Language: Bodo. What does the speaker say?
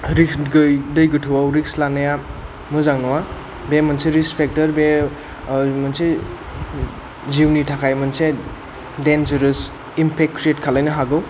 रिक्स दै गोथौआव रिक्स लानाया मोजां नङा बे मोनसे रिक्स फेक्टर बे मोनसे जिउनि थाखाय मोनसे डेन्जराज इम्पेक्ट क्रियेट खालामनो हागौ